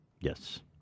Yes